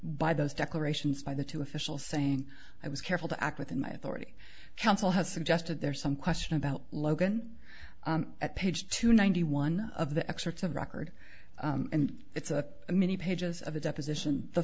by those declarations by the two official saying i was careful to act within my authority counsel has suggested there's some question about logan at page two ninety one of the excerpts of record and it's a many pages of a deposition the